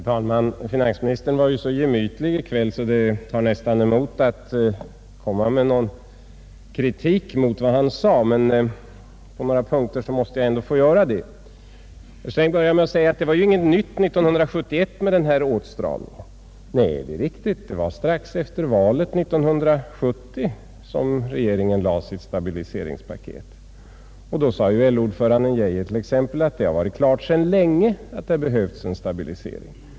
Herr talman! Finansministern var ju så gemytlig i kväll, att det nästan tar emot att komma med någon kritik mot vad han sade, men på några punkter måste jag ändå få göra det. Herr Sträng började med att säga att det var inget nytt 1971 med den här åtstramningen. Nej, det är riktigt. Det var strax efter valet 1970 som regeringen lade fram sitt stabiliseringspaket. Då sade LO-ordföranden Geijer att det varit klart sedan länge att det behövts en stabilisering.